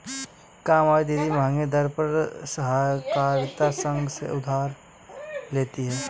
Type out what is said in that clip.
कामवाली दीदी महंगे दर पर सहकारिता संघ से उधार लेती है